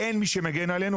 אין מי שמגן עלינו.